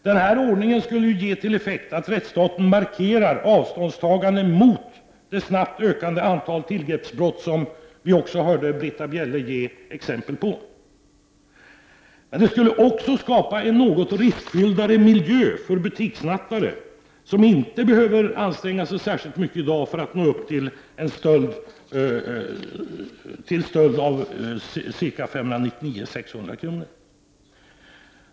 Denna ordning skulle ge till effekt att rättsstaten markerar avståndstagande mot det snabbt ökande antalet tillgrepsbrott, som Britta Bjelle gav exempel på, och även skapa en något mera riskfylld miljö för butikssnattare, som i dag inte behöver anstränga sig särskilt mycket för att nå upp till stöldbelopp i närheten av 600 kr.